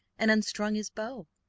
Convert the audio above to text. and unstrung his bow.